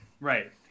right